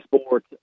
sport